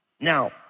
Now